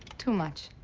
too much.